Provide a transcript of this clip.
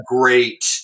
great